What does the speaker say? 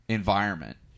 environment